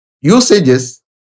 usages